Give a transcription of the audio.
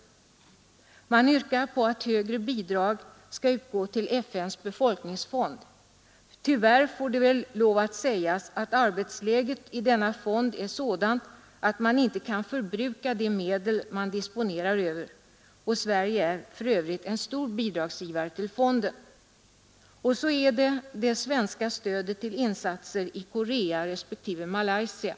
Reservanterna yrkar vidare att högre bidrag skall utgå till FN:s befolkningsfond. Tyvärr får det lov att sägas att arbetsläget i denna fond är sådant att fonden inte kan förbruka de medel den disponerar över, och Sverige ger för övrigt stora bidrag till fonden. Vidare berörs i reservationen det svenska stödet till insatser i Korea respektive Malaysia.